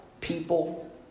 people